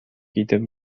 китеп